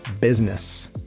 business